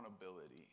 accountability